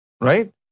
Right